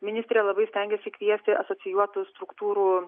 ministrė labai stengiasi kviesti asocijuotų struktūrų